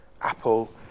apple